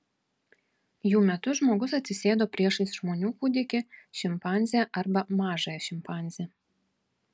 jų metu žmogus atsisėdo priešais žmonių kūdikį šimpanzę arba mažąją šimpanzę